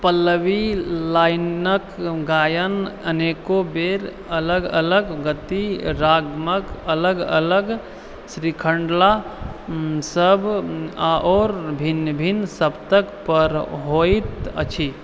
पल्लवी लाइनके गायन अनेको बेर अलग अलग गति रागमक अलग अलग शृँखलासब आओर भिन्न भिन्न सप्तकपर होइत अछि